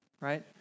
right